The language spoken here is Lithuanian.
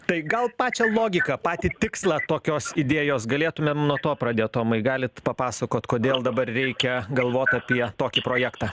tai gal pačią logiką patį tikslą tokios idėjos galėtumėm nuo to pradėt tomai galit papasakot kodėl dabar reikia galvot apie tokį projektą